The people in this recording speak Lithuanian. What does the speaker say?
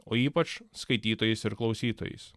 o ypač skaitytojais ir klausytojais